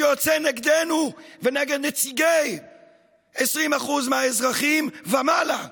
שיוצא נגדנו ונגד נציגי 20% מהאזרחים ומעלה,